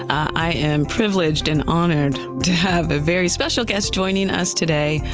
i am privileged and honored to have a very special guest joining us today,